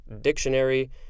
dictionary